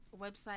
website